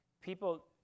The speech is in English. People